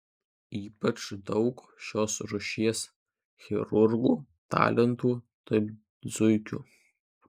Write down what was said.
ypač daug šios rūšies chirurgų talentų tarp zuikių